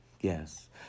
Yes